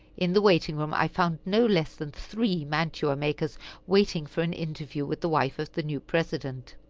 in the waiting-room i found no less than three mantua-makers waiting for an interview with the wife of the new president.